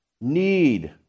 need